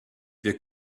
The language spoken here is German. wir